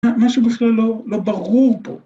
‫משהו בכלל לא ברור פה.